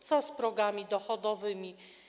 Co z progami dochodowymi?